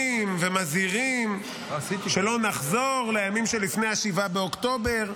ומזהירים שלא נחזור לימים שלפני 7 באוקטובר,